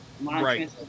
right